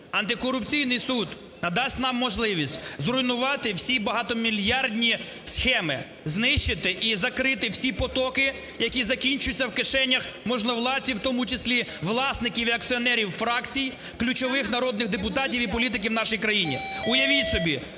Антикорупційний суд надасть нам можливість зруйнувати всі багатомільярдні схеми, знищити і закрити всі потоки, які закінчуються в кишенях можновладців, в тому числі власників і акціонерів, фракцій ключових, народних депутатів і політиків в нашій країні.